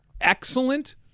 excellent